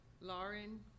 Lauren